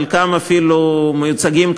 חלקם אפילו מיוצגים כאן,